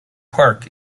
park